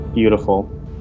beautiful